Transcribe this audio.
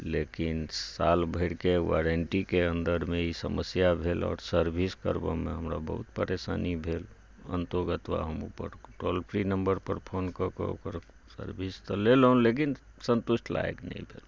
लेकिन साल भरिके वारंटीके अन्दरमे ई समस्या भेल आओर सर्विस करबऽमे हमरा बहुत परेशानी भेल अन्ततोगत्वा हम ओकर टोल फ्री नम्बरपर फोन कऽके ओकर सर्विस तऽ लेलहुँ लेकिन सन्तुष्ट लायक नहि भेल